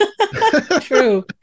True